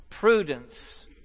Prudence